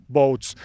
boats